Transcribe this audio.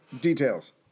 Details